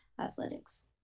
athletics